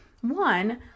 One